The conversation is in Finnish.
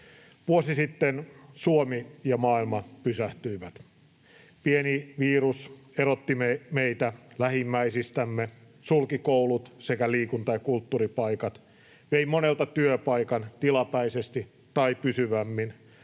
Vuosi sitten Suomi ja maailma pysähtyivät. Pieni virus erotti meitä lähimmäisistämme, sulki koulut sekä liikunta- ja kulttuuripaikat, vei monelta työpaikan tilapäisesti tai pysyvämmin,